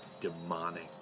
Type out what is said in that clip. demonic